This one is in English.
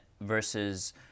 versus